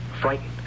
Frightened